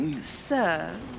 Sir